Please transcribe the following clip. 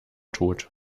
tot